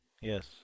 Yes